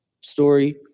story